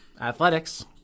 Athletics